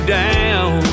down